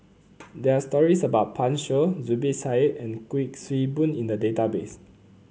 there are stories about Pan Shou Zubir Said and Kuik Swee Boon in the database